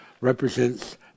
represents